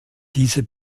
diese